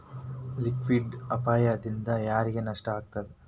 Liquidity ಅಪಾಯ ದಿಂದಾ ಯಾರಿಗ್ ನಷ್ಟ ಆಗ್ತದ?